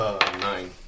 Nine